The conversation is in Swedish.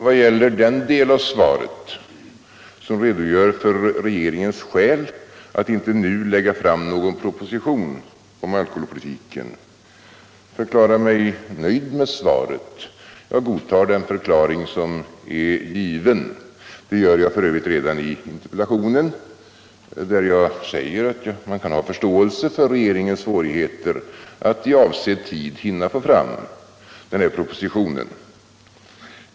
Vad gäller den del av svaret som redogör för regeringens skäl till att inte nu lägga fram någon proposition om alkoholpolitiken förklarar jag mig nöjd med svaret. Jag godtar den förklaring som är given. Det gör jag för övrigt redan i interpellationen, där jag säger att man kan ha förståelse för regeringens svårigheter att i avsedd tid hinna få fram denna proposition.